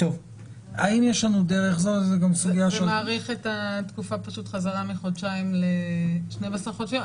זה מאריך את התקופה חזרה מחודשיים ל-12 חודשים.